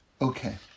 Okay